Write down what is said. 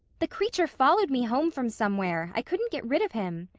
the creature followed me home from somewhere. i couldn't get rid of him.